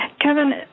Kevin